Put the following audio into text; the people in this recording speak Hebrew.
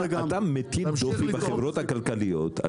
אדוני, אתה מטיל דופי בחברות הכלכליות.